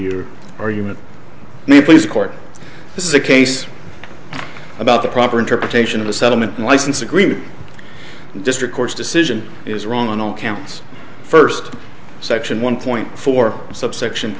your argument me please court this is a case about the proper interpretation of the settlement license agreement district court's decision is wrong on all counts first section one point four subsection